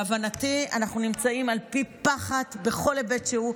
להבנתי אנחנו נמצאים על פי פחת בכל היבט שהוא.